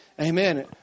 Amen